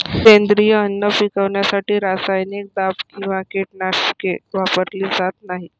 सेंद्रिय अन्न पिकवण्यासाठी रासायनिक दाब किंवा कीटकनाशके वापरली जात नाहीत